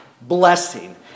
blessing